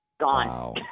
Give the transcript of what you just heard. gone